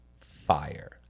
fire